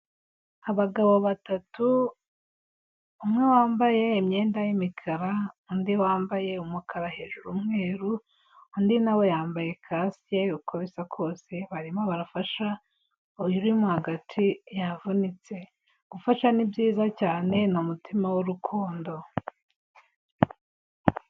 Abagabo batatu umwe wambaye imyenda y'imikara, undi wambaye umukara hejuru umweru, undi nawe yambaye kasike uko bisa kose barimo barafasha uyu urimo hagati yavunitse, gufasha ni byiza cyane ni umutima w'urukundo.